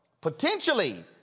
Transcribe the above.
potentially